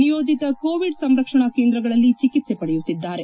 ನಿಯೋಜಿತ ಕೋವಿಡ್ ಸಂರಕ್ಷಣಾ ಕೇಂದ್ರಗಳಲ್ಲಿ ಚಿಕಿತ್ಸೆ ಪಡೆಯುತ್ತಿದ್ದಾರೆ